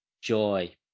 joy